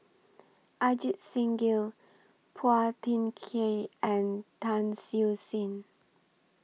Ajit Singh Gill Phua Thin Kiay and Tan Siew Sin